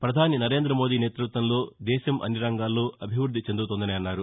ప్రధాని నరేంద్ర మోదీ నేతృత్వంలో దేశం అన్ని రంగాల్లో అభివృద్ది చెందుతోందని అన్నారు